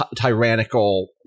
tyrannical